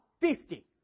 fifty